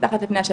מתחת לפני השטח,